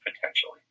potentially